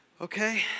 okay